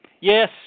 Yes